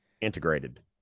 integrated